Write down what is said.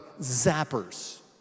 zappers